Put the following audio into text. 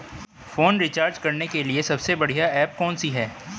Phone recharge करने के लिए सबसे बढ़िया ऐप कौन सी है?